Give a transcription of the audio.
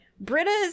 Britta's